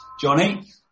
Johnny